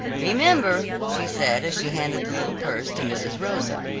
remember, she said, as she handed the little purse to mrs. rosa,